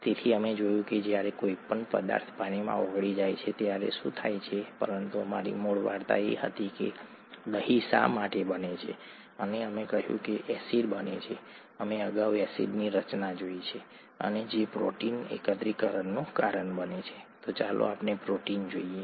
તેથી અમે જોયું કે જ્યારે કોઈ પદાર્થ પાણીમાં ઓગળી જાય છે ત્યારે શું થાય છે પરંતુ અમારી મૂળ વાર્તા એ હતી કે દહીં શા માટે બને છે અને અમે કહ્યું કે એસિડ બને છે અમે અગાઉ એસિડની રચના જોઈ છે અને જે પ્રોટીન એકત્રીકરણનું કારણ બને છે તો ચાલો આપણે પ્રોટીન જોઈએ